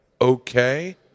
okay